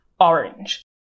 orange